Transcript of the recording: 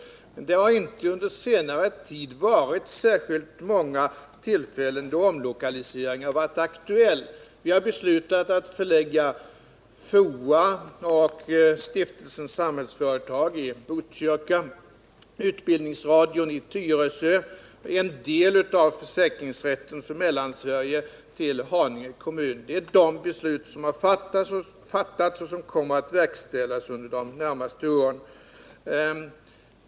Det har emellertid inte under senare tid varit särskilt många tillfällen då omlokalisering har varit aktuell. Vi har beslutat förlägga en del av FOA och Stiftelsen Samhällsföretag till Botkyrka, Utbildningsradion till Tyresö och en del av försäkringsrätten för Mellansverige till Haninge kommun. Det är de beslut som fattats och som kommer att verkställas under de närmaste åren.